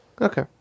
Okay